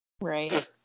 Right